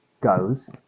goes